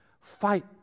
Fight